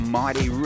mighty